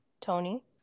Tony